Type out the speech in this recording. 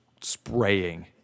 spraying